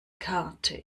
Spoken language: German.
karte